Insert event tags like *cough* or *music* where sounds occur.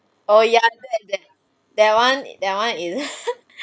oh ya that then that one that one is *laughs*